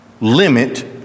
limit